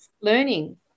learning